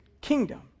kingdom